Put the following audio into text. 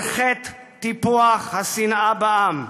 על חטא טיפוח השנאה בעם.